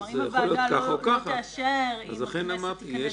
כלומר, אם הוועדה לא תאשר, אם הכנסת תיכנס